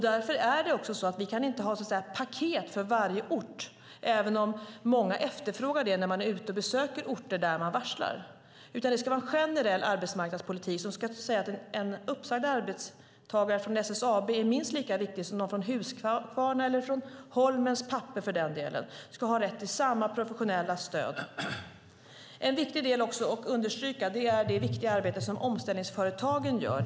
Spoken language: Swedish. Därför kan vi inte ha paket för varje ort, även om många efterfrågar det när jag besöker orter där det varslas. Det ska vara en generell arbetsmarknadspolitik som säger att en uppsagd arbetstagare från SSAB är minst lika viktig som en från Husqvarna eller från Holmen Paper. Alla ska ha rätt till samma professionella stöd. En viktig del att understryka är det viktiga arbete som omställningsföretagen gör.